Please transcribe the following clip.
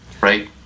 right